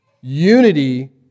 Unity